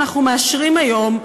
שאנחנו מאשרים היום,